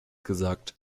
gesagt